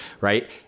Right